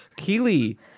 Keely